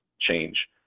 change